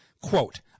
Quote